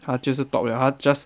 他就是 top liao 他 just